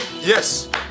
yes